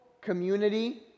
community